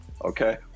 okay